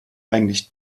eigentlich